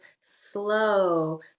slow